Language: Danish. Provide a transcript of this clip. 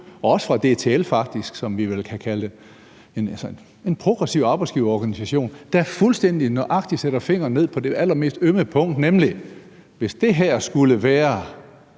også fra DTL, som vi vel kan kalde en progressiv arbejdsgiverorganisation, der fuldstændig nøjagtig sætter fingeren ned på det allermest ømme punkt, nemlig hvis det her skulle være